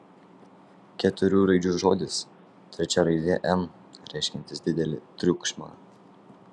keturių raidžių žodis trečia raidė m reiškiantis didelį triukšmą